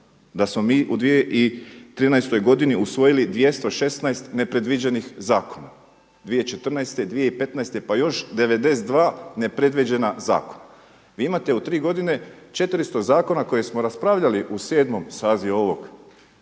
da smo mi u 2013. godini usvojili 216 nepredviđenih zakona, 2014., 2015. pa još 92 nepredviđena zakona. Vi imate u tri godine 400 zakona koje smo raspravljali u 7. sazivu ovog